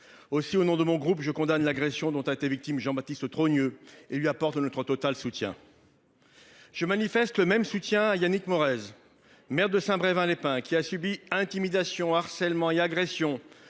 Aussi au nom de mon groupe, je condamne l'agression dont a été victime, Jean-Baptiste Trogneux et lui apporte notre total soutien. Je manifeste le même soutien Yannick Morez, maire de Saint-Brevin-les-Pins qui a subi intimidations harcèlement et agressions.